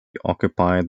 occupied